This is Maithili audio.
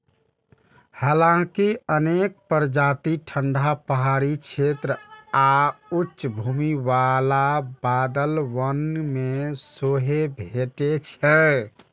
हालांकि अनेक प्रजाति ठंढा पहाड़ी क्षेत्र आ उच्च भूमि बला बादल वन मे सेहो भेटै छै